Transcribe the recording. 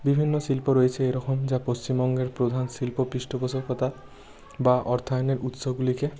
বিভিন্ন শিল্প রয়েছে এরকম যা পশ্চিমবঙ্গের প্রধান শিল্প পৃষ্ঠপোষকতা বা অর্থায়নের উৎসগুলিকে